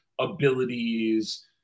Abilities